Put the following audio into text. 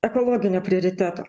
ekologinio prioriteto